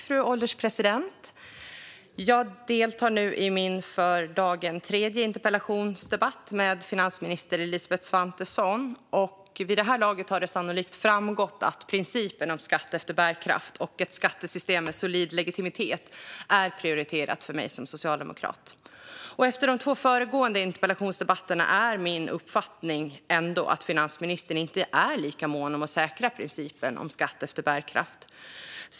Fru ålderspresident! Jag deltar nu i min för dagen tredje interpellationsdebatt med finansminister Elisabeth Svantesson. Vid det här laget har det sannolikt framgått att principen om skatt efter bärkraft och ett skattesystem med solid legitimitet är prioriterat för mig som socialdemokrat. Efter de två föregående interpellationsdebatterna är min uppfattning att finansministern inte är lika mån om att säkra principen om skatt efter bärkraft.